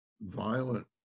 violent